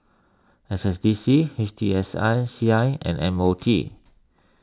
S S D C H T S I C I and M O T